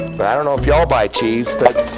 but i don't know if y'all buy cheese, but